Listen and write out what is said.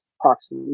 proxy